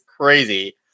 crazy